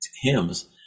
hymns